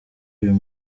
uyu